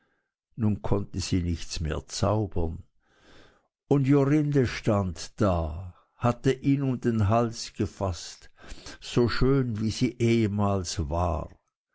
nun konnte sie nichts mehr zaubern und jorinde stand da hatte ihn um den hals gefaßt so schön wie sie ehemals war